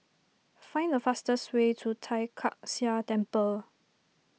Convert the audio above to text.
find the fastest way to Tai Kak Seah Temple